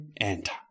enter